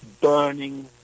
burning